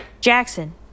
Jackson